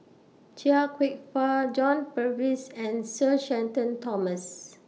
Chia Kwek Fah John Purvis and Sir Shenton Thomas